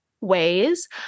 ways